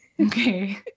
Okay